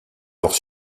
alors